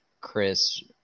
Chris